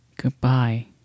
Goodbye